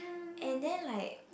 and then like